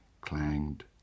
clanged